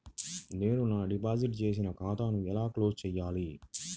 నేను నా డిపాజిట్ చేసిన ఖాతాను ఎలా క్లోజ్ చేయాలి?